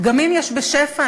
פגמים יש בשפע,